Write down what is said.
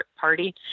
Party